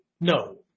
no